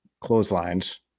clotheslines